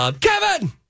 Kevin